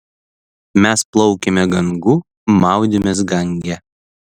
mes plaukėme gangu maudėmės gange